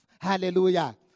Hallelujah